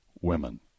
women